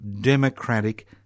democratic